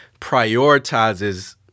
prioritizes